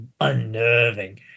unnerving